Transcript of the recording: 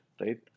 right